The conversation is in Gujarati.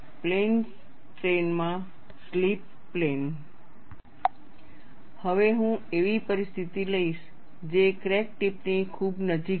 પ્લેન સ્ટ્રેઇન માં સ્લિપ પ્લેન હવે હું એવી પરિસ્થિતિ લઈશ જે ક્રેક ટિપ ની ખૂબ નજીક છે